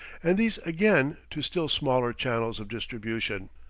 and these again to still smaller channels of distribution.